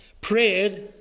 prayed